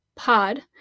Pod